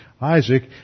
Isaac